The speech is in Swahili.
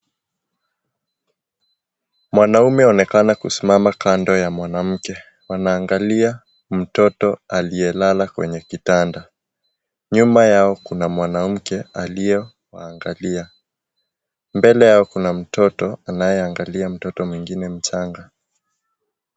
Mwanaume yuonekana kusimama kando ya mwanamke. Wanaangalia mtoto aliyelala kwenye kitanda. Nyuma Yao kuna mwanamke aliyekalia . Mbele Yao kuna mtoto anayeangalia mtoto mwingine mchanga.